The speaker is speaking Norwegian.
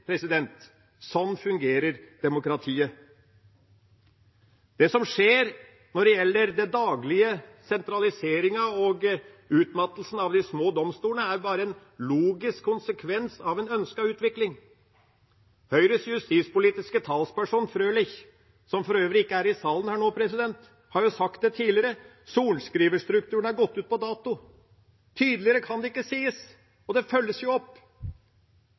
Sånn fungerer demokratiet. Det som skjer når det gjelder den daglige sentraliseringen og utmattelsen av de små domstolene, er bare en logisk konsekvens av en ønsket utvikling. Høyres justispolitiske talsperson, Frølich, som for øvrig ikke er i salen nå, har sagt det tidligere – sorenskriverstrukturen har gått ut på dato. Tydeligere kan det ikke sies, og det følges jo opp.